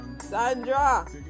Sandra